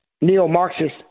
neo-Marxist